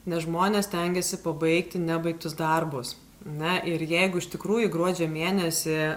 nes žmonės stengiasi pabaigti nebaigtus darbus na ir jeigu iš tikrųjų gruodžio mėnesį